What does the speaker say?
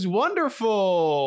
wonderful